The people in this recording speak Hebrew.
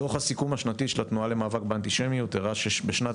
דוח הסיכום השנתי של התנועה למאבק באנטישמיות הראה שבשנת